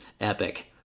epic